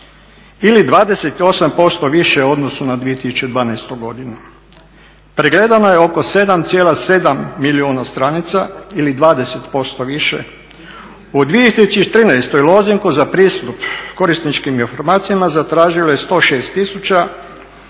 ili 28% više u odnosu na 2012. godinu. Pregledano je oko 7,7 milijuna stranica ili 20% više. U 2013. lozinku za pristup korisničkim informacijama zatražilo je 106 000